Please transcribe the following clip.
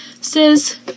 says